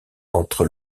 entre